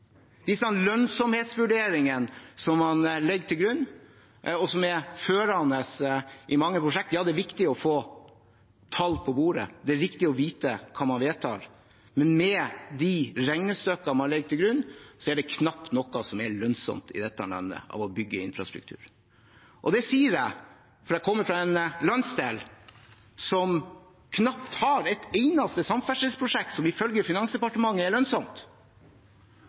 Ja, det er viktig å få tall på bordet, og det er riktig å få vite hva man vedtar, men med de lønnsomhetsvurderingene og regnestykkene man legger til grunn, og som er førende i mange prosjekter, er det knapt nok noe som er lønnsomt i dette landet når det gjelder å bygge infrastruktur. Det sier jeg fordi jeg kommer fra en landsdel som knapt har et eneste samferdselsprosjekt som ifølge Finansdepartementet er lønnsomt.